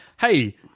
hey